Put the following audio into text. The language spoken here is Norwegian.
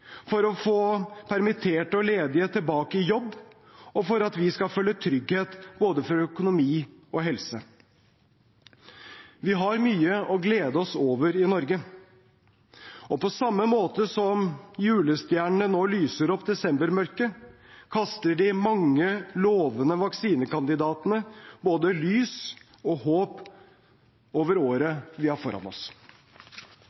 for å få permitterte og ledige tilbake i jobb og for at vi skal føle trygghet for både økonomi og helse. Vi har mye å glede oss over i Norge. På samme måte som julestjernene nå lyser opp desembermørket, kaster de mange lovende vaksinekandidatene både lys og håp over året